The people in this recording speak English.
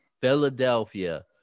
Philadelphia